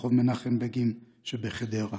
ברחוב מנחם בגין שבחדרה.